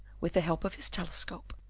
with the help of his telescope,